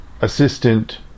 Assistant